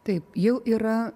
taip jau yra